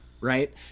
right